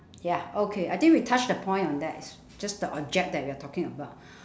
ya okay I think we touched a point on that it's just the object that we talking about